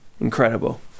Incredible